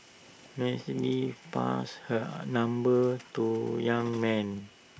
passed her number to young man